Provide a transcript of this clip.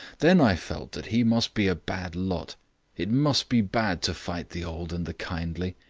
then i felt that he must be a bad lot it must be bad to fight the old and the kindly.